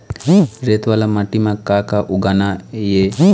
रेत वाला माटी म का का उगाना ये?